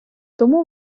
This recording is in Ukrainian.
тому